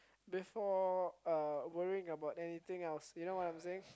before uh worrying about anything else you know what I'm saying